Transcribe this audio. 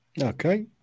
Okay